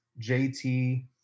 JT